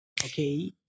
Okay